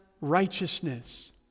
righteousness